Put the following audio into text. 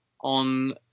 on